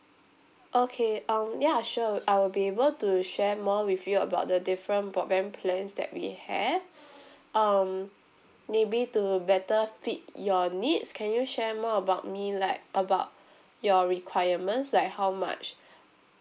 okay um ya sure I'll be able to share more with you about the different broadband plans that we have um maybe to better fit your needs can you share more about me like about your requirements like how much